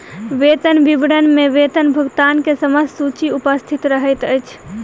वेतन विवरण में वेतन भुगतान के समस्त सूचि उपस्थित रहैत अछि